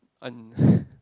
on